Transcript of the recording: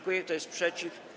Kto jest przeciw?